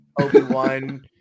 Obi-Wan